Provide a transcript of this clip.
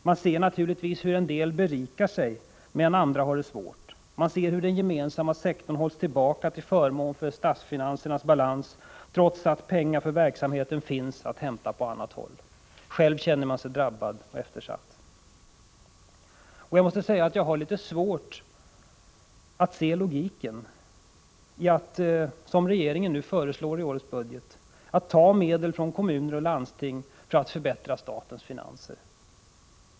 Man ser naturligtvis hur en del berikar sig medan andra har det svårt. Man ser hur den gemensamma sektorn hålls tillbaka till förmån för statsfinansernas balans, trots att pengar för verksamheten finns att hämta på annat håll. Själv känner man sig drabbad och eftersatt. Jag måste erkänna att jag har litet svårt att se logiken i att, som regeringen föreslår i årets budget, man skall ta medel från kommuner och landsting för att förbättra statens finanser.